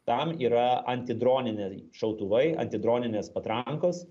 tam yra antidroniniai šautuvai antidroninės patrankos